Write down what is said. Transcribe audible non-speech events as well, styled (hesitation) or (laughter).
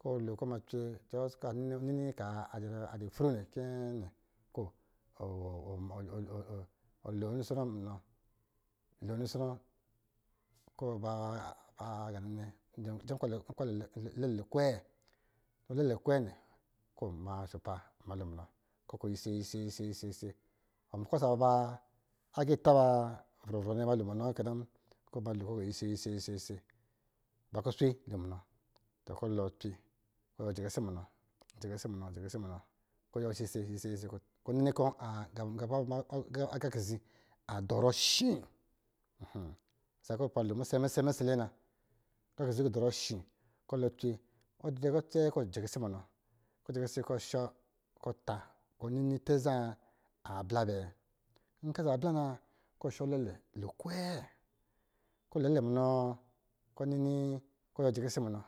Kɔ̄ lo kɔ̄ macwɛ (unintelligible) nini kaa adɔ̄ fru nnɛ, tɔ nnɛ kɔ̄ avɔ (hesitation) lo nnisɔi munɔ, (unintelligible) kɔ̄ ma shopa ma lo munɔ (unintelligible) wɔ kwasa aga ba vrɔvrɔ nnɛ ma lo munɔ kɛna, k ma lo kɔ̄ gɔ yisɛ-yisɛ yisɛ, ma kuswe jɛ munɔ, to kɔ̄ lɔɔ cwe, kɔ yiwɔ jɛkisi munɔ (unintelligible) kɔ̄ yiwɔ yisɛ-yisɛ-yisɛ, kɔ̄ nini kɔ̄ (hesitation) aga kizi a dɔrɔ shi, (unintelligible) kɔ̄ lɛ cwe (unintelligible) kɔ̄ jɛkisi kɔ̄ shɔ ta kɔ̄ nini tɛ zaa aa bla bɛɛ nkɔ̄ aza bla na, kɔ̄ ɔ shɔ lɛlɛ lo kwe kɔ̄ lo lɛlɛ munɔ kɔ̄ nini, kɔ̄ yiwɔ jɛki si munɔ